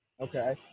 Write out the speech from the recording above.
Okay